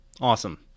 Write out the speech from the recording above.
Awesome